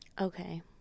Okay